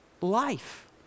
Life